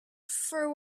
for